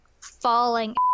falling